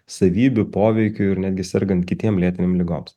savybių poveikių ir netgi sergant kitiem lėtinėm ligoms